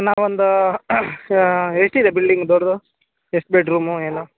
ನಾನು ಒಂದು ಎಷ್ಟಿದೆ ಬಿಲ್ಡಿಂಗ್ ದೊಡ್ಡದು ಎಷ್ಟು ಬೆಡ್ರೂಮು ಏನು